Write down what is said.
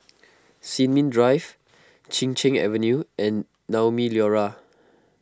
Sin Ming Drive Chin Cheng Avenue and Naumi Liora